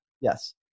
Yes